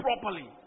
properly